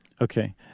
Okay